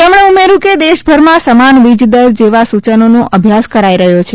તેમણે ઉમેર્થુ કે દેશભરમાં સમાન વીજદર જેવા સૂચનોનો અભ્યાસ કરાઇ રહ્યો છે